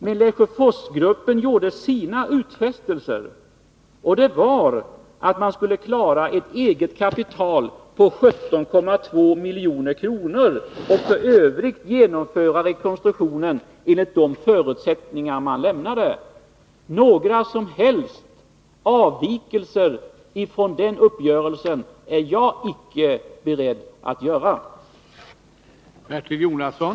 Men Lesjöforsgruppen gjorde sina utfästelser, som innebar att den skulle klara ett eget kapital på 17,2 milj.kr. och i övrigt genomföra rekonstruktionen enligt de givna förutsättningarna. Jag är icke beredd att göra några som helst avvikelser från den uppgörelsen.